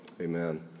amen